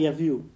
view